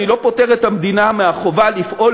אני לא פוטר את המדינה מהחובה לפעול